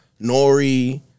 Nori